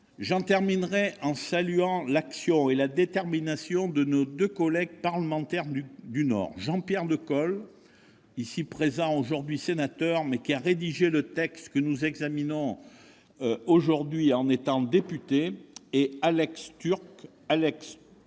J'en terminerai en saluant l'action et la détermination de nos deux collègues parlementaires du Nord, Jean-Pierre Decool, aujourd'hui sénateur, mais qui a rédigé le texte que nous examinons aujourd'hui en tant que député, et notre